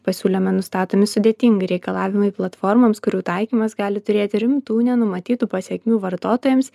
pasiūlyme nustatomi sudėtingi reikalavimai platformoms kurių taikymas gali turėti rimtų nenumatytų pasekmių vartotojams